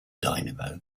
dynamo